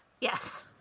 Yes